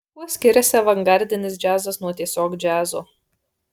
kuo skiriasi avangardinis džiazas nuo tiesiog džiazo